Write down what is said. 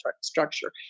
structure